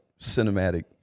cinematic